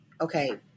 okay